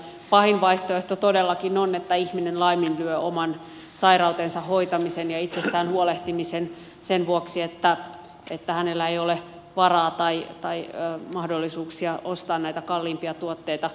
pahin vaihtoehto todellakin on että ihminen laiminlyö oman sairautensa hoitamisen ja itsestään huolehtimisen sen vuoksi että hänellä ei ole varaa tai mahdollisuuksia ostaa näitä kalliimpia tuotteita